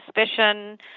suspicion